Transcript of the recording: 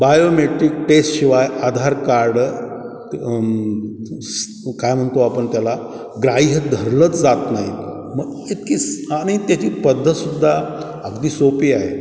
biometric टेस्टशिवाय Aadhaar card ते स काय म्हणतो आपण त्याला ग्राह्य धरलंच जात नाहीत मग इतकी स आणि त्याची पद्धतसुद्धा अगदी सोपी आहे